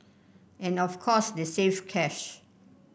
and of course they saved cash